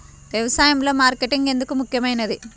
వ్యసాయంలో మార్కెటింగ్ ఎందుకు ముఖ్యమైనది?